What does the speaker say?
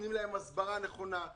נתנו להם הסברה נכונה,